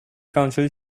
council